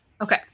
Okay